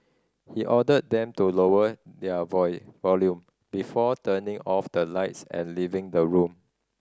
he ordered them to lower their volume before turning off the lights and leaving the room